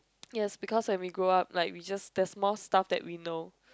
yes because when we grow up like we just there is more stuff that we know